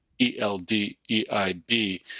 E-L-D-E-I-B